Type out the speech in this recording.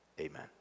Amen